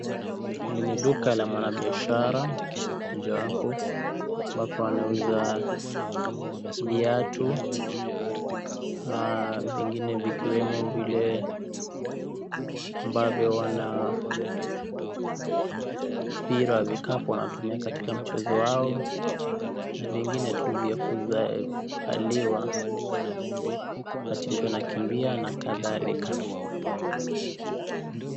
Hili ni duka la mwanabiashara mojawapo, ambapo anauza viatu, vingine vikiwemo vile ambavyo wanampira wa vikapu wanatumia katika mchezo wao, na vingine tu vya kuvaliwa wakati mtu anakimbia na kadhalika.